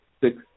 Six